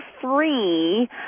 free